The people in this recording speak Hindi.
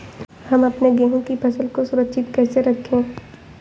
हम अपने गेहूँ की फसल को सुरक्षित कैसे रखें?